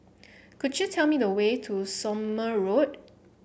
could you tell me the way to Somme Road